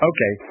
Okay